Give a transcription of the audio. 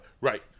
right